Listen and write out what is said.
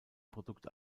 produkt